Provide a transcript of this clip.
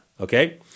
okay